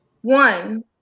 One